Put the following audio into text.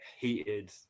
heated